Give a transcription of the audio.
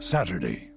Saturday